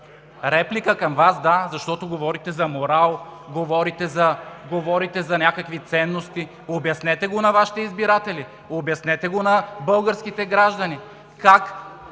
Реплика към Вас, да, защото говорите за морал, говорите за някакви ценности. Обяснете го на Вашите избиратели, обяснете го на българските граждани